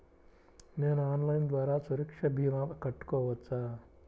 నేను ఆన్లైన్ ద్వారా సురక్ష భీమా కట్టుకోవచ్చా?